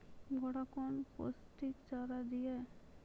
घोड़ा कौन पोस्टिक चारा दिए?